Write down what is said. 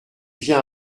viens